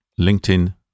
LinkedIn